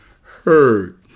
heard